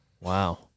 Wow